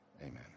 Amen